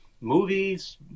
movies